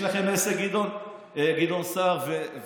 אתם מבינים עם מי יש לכם עסק, גדעון סער ובנט?